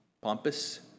pompous